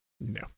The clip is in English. No